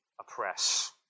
oppress